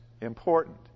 important